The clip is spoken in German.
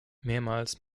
mehrmals